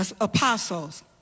apostles